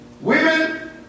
Women